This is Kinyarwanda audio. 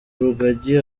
rugagi